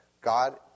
God